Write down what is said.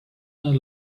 not